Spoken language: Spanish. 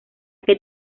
que